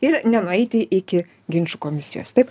ir nenueiti iki ginčų komisijos taip